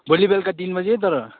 भोलि बेलुका तिन बजे है तर